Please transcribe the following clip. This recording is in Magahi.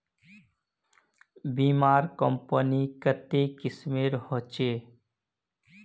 बीमार कंपनी कत्ते किस्म होछे